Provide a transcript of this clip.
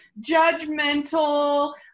judgmental